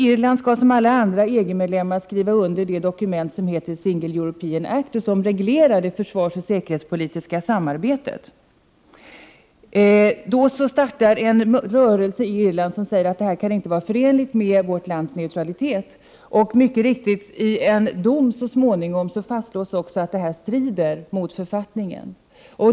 Irland skulle som alla andra EG-medlemmar skriva under det dokument som heter Single European Act och som reglerar det försvarsoch säkerhetspolitiska samarbetet. Då startade en rörelse i Irland som anser att detta inte kan vara förenligt med Irlands neutralitet. Och i en dom så småningom fastslås mycket riktigt att det strider mot författningen.